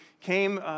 came